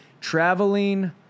traveling